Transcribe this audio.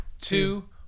Two